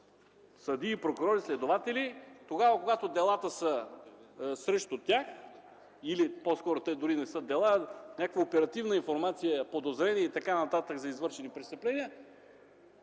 съдии, прокурори и следователи, когато делата са срещу тях, или по-скоро те дори не са дела, а някаква оперативна информация, подозрение и т.н. за извършени престъпления,